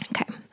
Okay